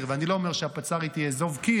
אני לא אומר שהפצ"רית היא אזוב קיר,